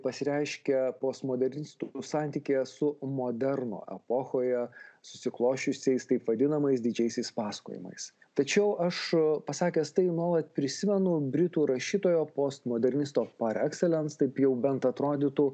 pasireiškia postmodernistų santykyje su moderno epochoje susiklosčiusiais taip vadinamais didžiaisiais pasakojimais tačiau aš pasakęs tai nuolat prisimenu britų rašytojo postmodernisto par ekselens taip jau bent atrodytų